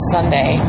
Sunday